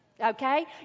okay